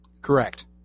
Correct